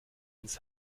ins